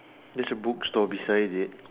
there's a bookstore beside it